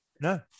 No